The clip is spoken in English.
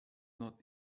not